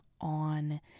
on